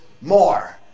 More